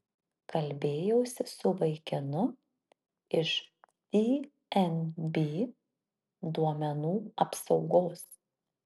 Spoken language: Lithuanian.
kalbėjausi su vaikinu iš dnb duomenų apsaugos